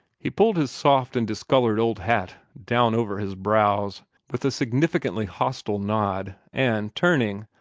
he pulled his soft and discolored old hat down over his brows with a significantly hostile nod, and, turning,